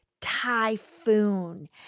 typhoon